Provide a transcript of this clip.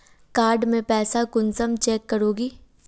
Card से पैसा कुंसम चेक करोगी?